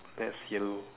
that's yellow